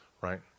right